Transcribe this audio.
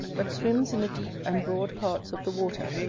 but swims in the deep and broad parts of the water,